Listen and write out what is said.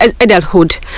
adulthood